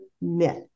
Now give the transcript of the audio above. myth